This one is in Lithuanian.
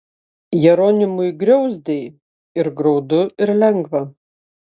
jeronimui griauzdei ir graudu ir lengva